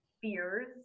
fears